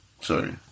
Sorry